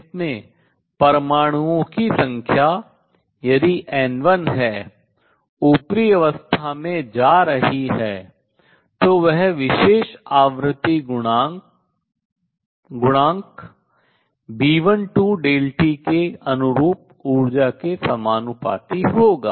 जिसमें परमाणुओं की संख्या यदि N1 है ऊपरी अवस्था में जा रही है तो वह विशेष आवृत्ति गुणा गुणांक B12 t के अनुरूप ऊर्जा के समानुपाती होगी